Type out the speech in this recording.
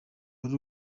ari